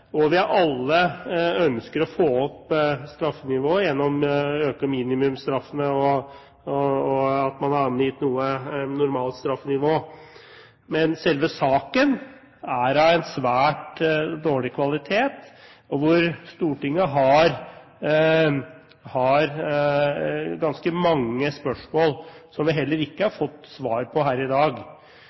nærmer vi oss Stortingets møtefrie periode, og alle ønsker å få opp straffenivået ved å øke minimumsstraffene, og man har angitt et normalstraffenivå. Men selve saken er av en svært dårlig kvalitet, og Stortinget har ganske mange spørsmål, som vi heller ikke har fått svar på her i dag.